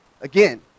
Again